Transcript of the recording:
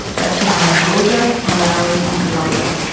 that's behind georgia, malawi and colombia.